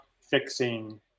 fixing